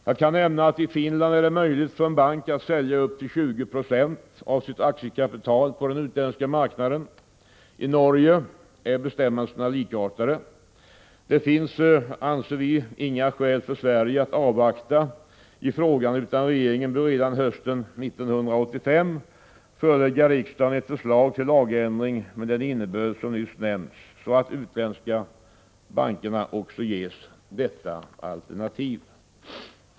Jag kan nämna att det i Finland är möjligt för en bank att sälja upp till 20 9 av sitt aktiekapital på den utländska marknaden. I Norge är bestämmelserna likartade. Vi anser därför att det inte finns några skäl för Sverige att avvakta i frågan utan regeringen bör redan hösten 1985 förelägga riksdagen ett förslag till lagändring med den innebörd som nyss nämnts, så att de utländska bankerna också ges detta alternativ.